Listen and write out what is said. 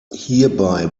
hierbei